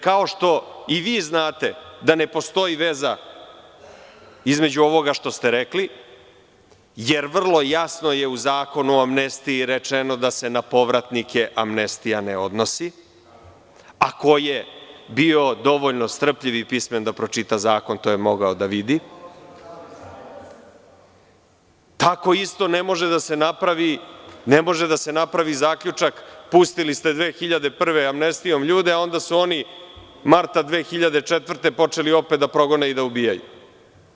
Kao što i vi znate da ne postoji veza između ovoga što ste rekli, jer vrlo jasno je u Zakonu o amnestiji rečeno da se na povratnike amnestija ne odnosi, a ko je bio dovoljno strpljiv i pismen da pročita zakon, to je mogao da vidi, tako isto ne može da se napravi zaključak – pustili ste 2001. godine amnestijom ljude, a onda su oni marta 2004. počeli opet da progone i da ubijaju.